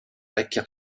vecchia